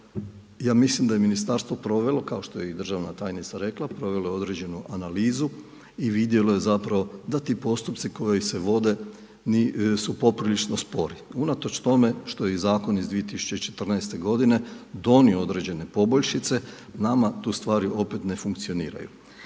ja mislim da je i ministarstvo provelo, kao što je i državna tajnica rekla, provelo je određenu analizu i vidjelo je zapravo da ti postupci koji se vode su poprilično spori. Unatoč tome što je i zakon iz 2014. godine donio određene poboljšice nama tu stvari opet ne funkcioniraju.